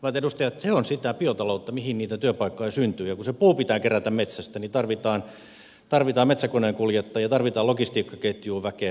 se on sitä biotaloutta mihin niitä työpaikkoja syntyy ja kun se puu pitää kerätä metsästä niin tarvitaan metsäkoneenkuljettajia tarvitaan logistiikkaketjuun väkeä